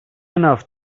enough